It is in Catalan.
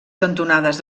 cantonades